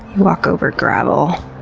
walk over gravel.